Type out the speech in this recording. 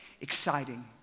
exciting